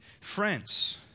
friends